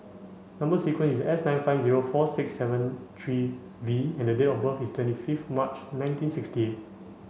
number sequence is S nine five zero four six seven three V and date of birth is twenty fifth March nineteen sixty eight